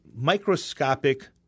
microscopic